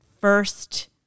first